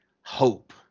hope